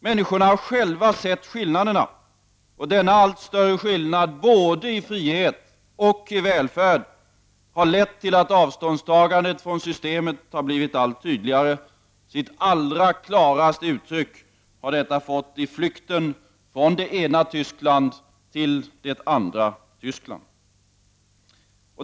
Människorna har själva sett skillnaderna, och dessa allt större skillnader i frihet och välfärd har lett till att avståndstagandet från systemet har blivit allt tydligare. Sitt allra klaraste uttryck har detta fått i flykten från det ena Tyskland till det andra.